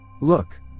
Look